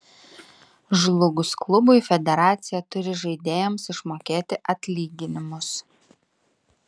žlugus klubui federacija turi žaidėjams išmokėti atlyginimus